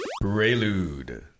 Prelude